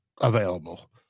available